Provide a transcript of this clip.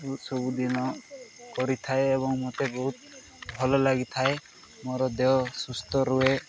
ସବୁଦିନ କରିଥାଏ ଏବଂ ମୋତେ ବହୁତ ଭଲ ଲାଗିଥାଏ ମୋର ଦେହ ସୁସ୍ଥ ରୁହେ